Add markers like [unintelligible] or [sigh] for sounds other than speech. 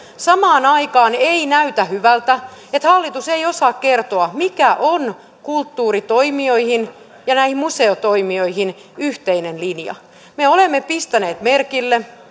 samaan aikaan ei näytä hyvältä että hallitus ei osaa kertoa mikä on kulttuuritoimijoihin ja näihin museotoimijoihin kohdistuva yhteinen linja me olemme pistäneet merkille [unintelligible]